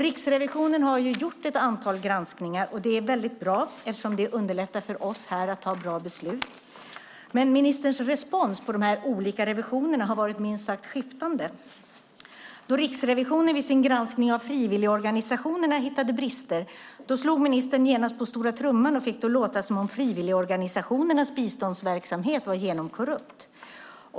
Riksrevisionen har gjort ett antal granskningar. Det är väldigt bra, eftersom det underlättar för oss här i riksdagen att ta bra beslut. Men ministerns respons på de olika revisionerna har varit minst sagt skiftande. Då Riksrevisionen vid sin granskning av frivilligorganisationerna hittade brister slog ministern genast på stora trumman och fick det att låta som om frivilligorganisationernas biståndsverksamhet var genomkorrupt.